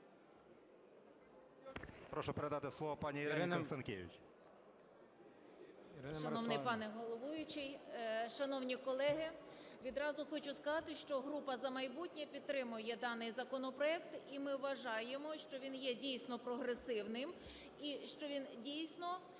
Прошу передати слово пані Ірині Констанкевич.